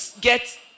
get